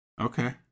Okay